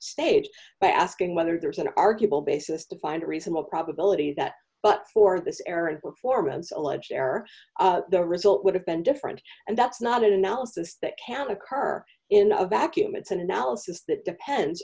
stage by asking whether there's an arguable basis to find a reasonable probability that but for this error in performance alleged error the result would have been different and that's not an analysis that can occur in a vacuum it's an analysis that depends